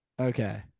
Okay